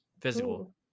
physical